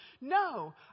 No